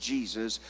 Jesus